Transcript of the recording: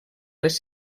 les